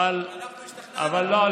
אבל, לא, אנחנו השתכנענו.